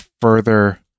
further